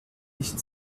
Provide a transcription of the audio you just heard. nicht